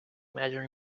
major